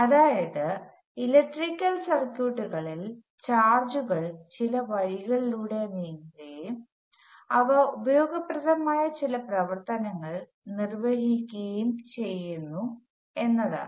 അതായതു ഇലക്ട്രിക്കൽ സർക്യൂട്ടുകളിൽ ചാർജുകൾ ചില വഴികളിലൂടെ നീങ്ങുകയും അവ ഉപയോഗപ്രദമായ ചില പ്രവർത്തനങ്ങൾ നിർവഹിക്കുകയും ചെയ്യുന്നു എന്നതാണ്